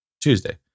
Tuesday